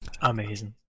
Amazing